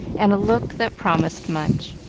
and a look that promised much.